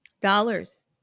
Dollars